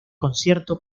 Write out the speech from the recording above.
concierto